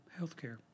healthcare